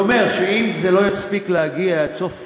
אני אומר שאם זה לא יספיק להגיע עד סוף